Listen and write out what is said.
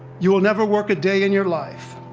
you will never work a day in your life.